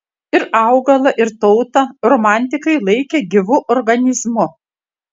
ir augalą ir tautą romantikai laikė gyvu organizmu